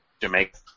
Jamaica